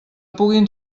puguin